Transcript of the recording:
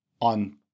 on